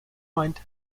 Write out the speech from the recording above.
meint